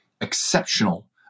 Exceptional